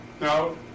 Now